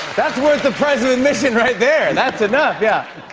that's worth the price of admission, right there. that's enough yeah